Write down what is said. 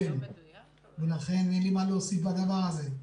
אין לי מה להוסיף בדבר הזה.